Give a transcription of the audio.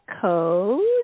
code